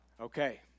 Okay